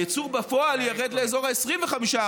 הייצור בפועל ירד לאזור ה-25%,